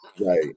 Right